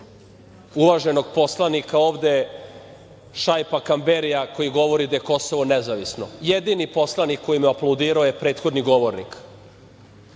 uvaženog poslanika ovde Šaipa Kamberija, koji govori da je Kosovo nezavisno. Jedini poslanik koji mu je aplaudirao bio je prethodni govornik.